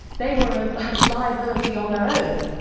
they were a liability on their own.